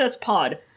Pod